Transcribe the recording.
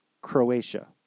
Croatia